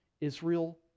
Israel